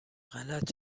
غلط